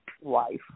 wife